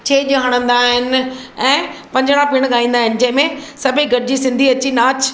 छेॼ हणंदा आहिनि ऐं पंजड़ा पिणि ॻाईंदा आहिनि जंहिं में सभई सिंधी गॾिजी नाच